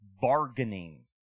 bargaining